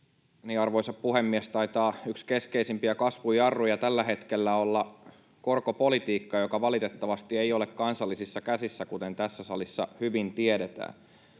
Arvoisa puhemies! Taitaa yksi keskeisimpiä kasvun jarruja tällä hetkellä olla korkopolitiikka, joka valitettavasti ei ole kansallisissa käsissä, kuten tässä salissa hyvin tiedetään.